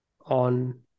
on